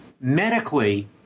Medically